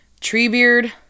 Treebeard